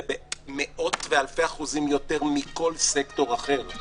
זה במאות ואלפי אחוזים יותר מכל סקטור אחר,